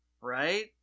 right